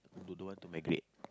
do~ don't want to migrate